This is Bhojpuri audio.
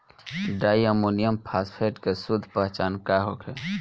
डाई अमोनियम फास्फेट के शुद्ध पहचान का होखे?